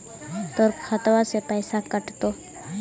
तोर खतबा से पैसा कटतो?